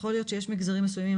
יכול להיות שיש מגזרים מסוימים,